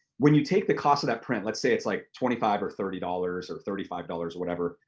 when you take the cost of that print, let's say it's like twenty five or thirty dollars or thirty five dollars or whatever,